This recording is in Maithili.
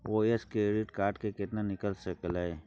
ओयसे क्रेडिट कार्ड से केतना निकाल सकलियै?